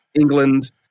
England